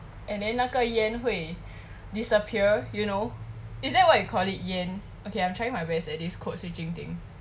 and then 那个烟会 disappear you know is that what you call it 烟 okay I am trying my best at this code switching thing